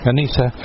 Anita